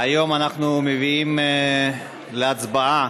אנחנו מביעים להצבעה,